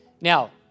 Now